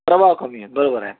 प्रवाह कमी बरोबर आहे